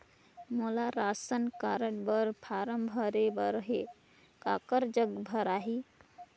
मोला ration card बर form भरे बर हे काकर जग भराही?